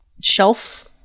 shelf-